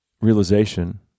realization